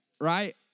right